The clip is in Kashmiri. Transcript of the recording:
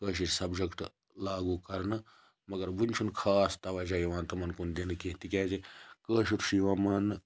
کٲشِر سَبجَکٹ لاگوٗ کَرنہٕ مَگَر وٕنہِ چھُ نہٕ خاص تَوَجہَ یِوان تِمَن کُن دِنہٕ کینٛہہ تکیازِ کٲشُر چھُ یِوان ماننہٕ